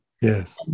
Yes